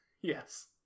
Yes